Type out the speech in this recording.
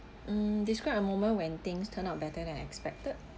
mm describe a moment when things turn out better than expected